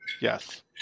Yes